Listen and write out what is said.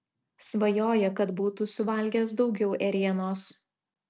svajoja kad būtų suvalgęs daugiau ėrienos